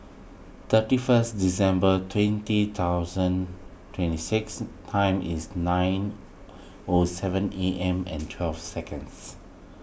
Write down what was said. thirty first December twenty thousand twenty six time is nine O seven A M and twelve seconds